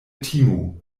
timu